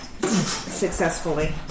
Successfully